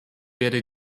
werde